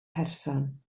person